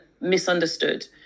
misunderstood